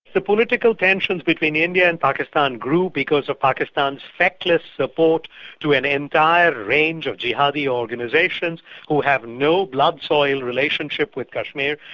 the political tensions within india and pakistan grew because of pakistan's feckless support to an entire range of jihadi orgnisations who had no blood soil relationship with kashmir,